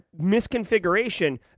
misconfiguration